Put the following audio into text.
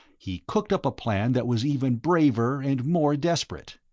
he cooked up a plan that was even braver and more desperate.